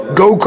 go